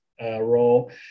role